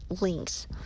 links